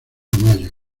mayo